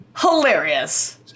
hilarious